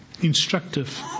instructive